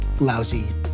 lousy